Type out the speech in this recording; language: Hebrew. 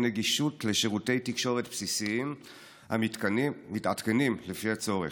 נגישות של שירותי תקשורת בסיסיים המתעדכנים לפי הצורך.